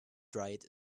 dried